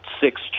six